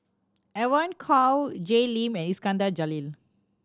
Evon Kow Jay Lim and Iskandar Jalil